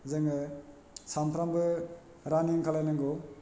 जोङो सानफ्रामबो रानिं खालायनांगौ